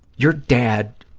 your dad